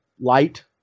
light